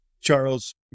Charles